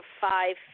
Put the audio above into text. five